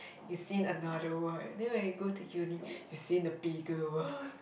you seen another world then when you go to uni you seen the bigger world